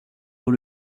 dans